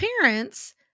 parents